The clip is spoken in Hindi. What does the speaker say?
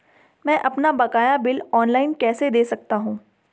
मैं अपना बकाया बिल ऑनलाइन कैसे दें सकता हूँ?